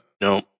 no